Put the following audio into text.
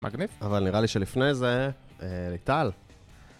מגניב. אבל נראה לי שלפני זה.. ליטל.